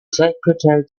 secretary